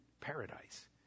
Paradise